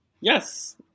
Yes